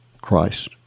Christ